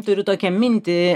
turiu tokią mintį